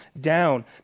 down